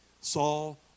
Saul